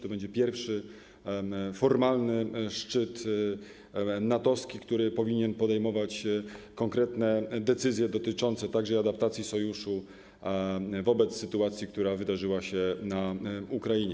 To będzie pierwszy formalny szczyt NATO-wski, który powinien podejmować konkretne decyzje dotyczące także adaptacji Sojuszu wobec sytuacji, która wydarzyła się na Ukrainie.